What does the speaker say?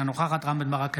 אינה נוכחת רם בן ברק,